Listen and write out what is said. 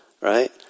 right